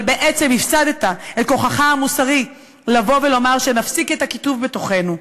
אבל בעצם הפסדת את כוחך המוסרי לבוא ולומר שנפסיק את הקיטוב בתוכנו,